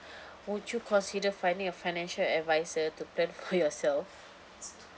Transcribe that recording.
would you consider finding a financial adviser to plan for yourself